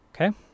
Okay